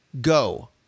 go